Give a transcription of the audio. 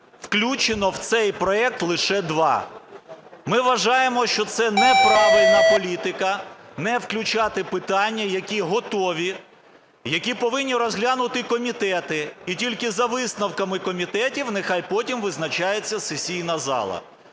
включено в цей проект лише 2. Ми вважаємо, що це неправильна політика не включати питання, які готові, які повинні розглянути комітети, і тільки за висновками комітетів нехай потім визначається сесійна зала.